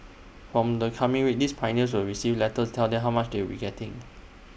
from the coming week these pioneers will receive letters tell them how much they will be getting